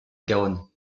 garonne